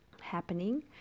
happening